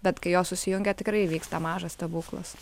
bet kai jos susijungia tikrai įvyksta mažas stebuklas